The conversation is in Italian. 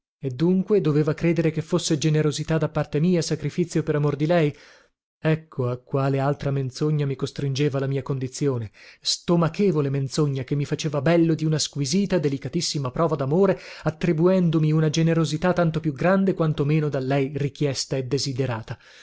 ella credere che fosse generosità da parte mia sacrifizio per amor di lei ecco a quale altra menzogna mi costringeva la mia condizione stomachevole menzogna che mi faceva bello di una squisita delicatissima prova damore attribuendomi una generosità tanto più grande quanto meno da lei richiesta e desiderata